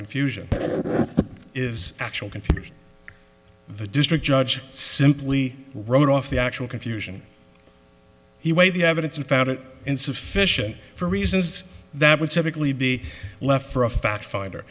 confusion is actual confusion the district judge simply wrote off the actual confusion he weighed the evidence and found it insufficient for reasons that would typically be left for a fact finder